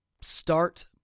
start